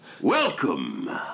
Welcome